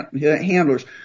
handlers